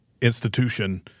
institution